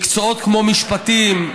מקצועות כמו משפטים,